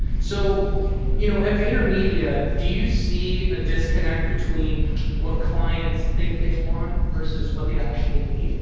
so you know at vaynermedia, do you see a disconnect between what clients think they want versus what they actually need.